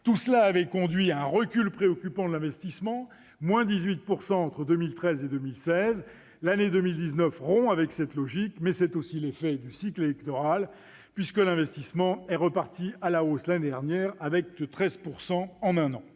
Tout cela avait conduit à un recul préoccupant de l'investissement, de 18 % entre 2013 et 2016. L'année 2019 rompt avec cette logique, mais c'est aussi l'effet du cycle électoral, puisque l'investissement est reparti à la hausse l'année dernière avec près de 13 % en un an.